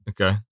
Okay